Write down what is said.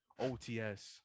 OTS